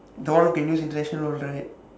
that one can use international right